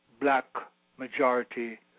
black-majority